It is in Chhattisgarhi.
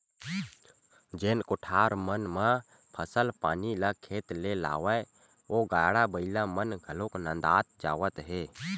जेन कोठार मन म फसल पानी ल खेत ले लावय ओ गाड़ा बइला मन घलोक नंदात जावत हे